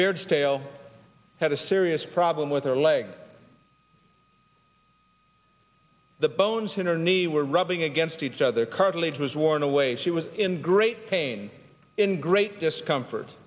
beard stale had a serious problem with her legs the bones in her knee were rubbing against each other cartilage was worn away she was in great pain in great discomfort